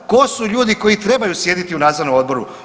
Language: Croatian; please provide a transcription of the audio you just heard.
Tko su ljudi koji trebaju sjediti u nadzornom odboru?